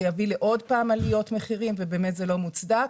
זה יבוא עוד פעם לעליות מחירים ובאמת זה לא מוצדק.